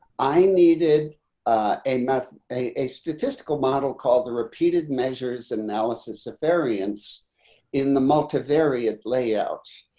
i needed a method, a statistical model called the repeated measures and analysis of variance in the multivariate layout.